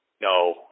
No